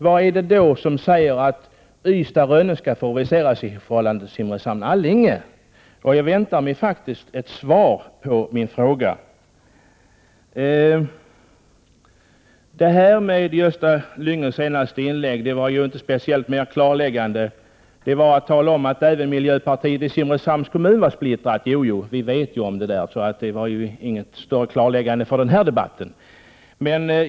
Vad är det som säger att Ystad-Rönne skall favoriseras i förhållande till Simrishamn-Allinge? Jag förväntar mig faktiskt att få ett svar på min fråga. Gösta Lyngås senaste inlägg var inte särskilt klarläggande. Han talade om att även miljöpartiet i Simrishamns kommun är splittrat. Vi känner ju till den saken, så det var ju inget större klarläggande när det gäller den här debatten.